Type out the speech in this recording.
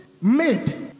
made